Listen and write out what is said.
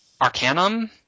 Arcanum